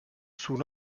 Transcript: sous